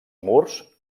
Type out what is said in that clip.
murs